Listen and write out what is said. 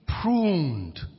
pruned